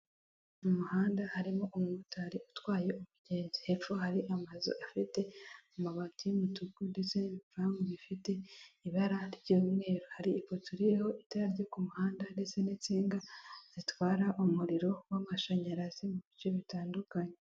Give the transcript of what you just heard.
Umuhanda harimo umumotari utwaye umugenzi, hepfo hari amazu afite amabati y'umutuku ndetse n'ibipangu bifite ibara ry'umweru, hari ifoto iriho itara ryo ku muhanda ndetse n'insinga zitwara umuriro w'amashanyarazi mu bice bitandukanye.